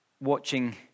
watching